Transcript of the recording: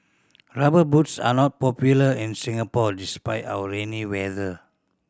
Rubber Boots are not popular in Singapore despite our rainy weather